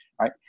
right